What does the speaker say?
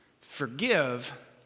forgive